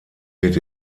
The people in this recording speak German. wird